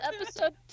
episode